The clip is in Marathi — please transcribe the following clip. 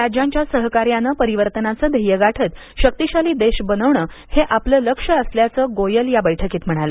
राज्यांच्या सहकार्यानं परिवर्तनाचं ध्येय गाठत शक्तीशाली देश बनण हे आपलं लक्ष्य असल्याचं गोयल या बैठकीत म्हणाले